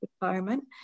retirement